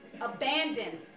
abandoned